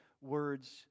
words